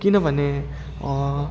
किनभने